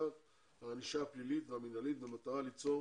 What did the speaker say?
הענישה הפלילית והמינהלית במטרה ליצור